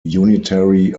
unitary